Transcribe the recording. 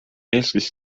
eestis